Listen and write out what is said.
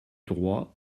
droit